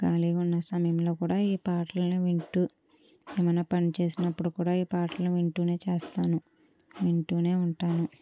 ఖాళీగా ఉన్న సమయంలో కూడా ఈ పాటలను వింటూ ఏమైనా పని చేసినప్పుడు కూడా ఈ పాటలను వింటూనే చేస్తాను వింటూనే ఉంటాను